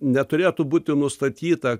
neturėtų būti nustatyta